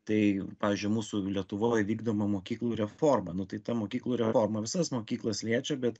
tai pavyzdžiui mūsų lietuvoj vykdoma mokyklų reforma nu tai ta mokyklų reforma visas mokyklas liečia bet